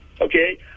okay